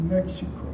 Mexico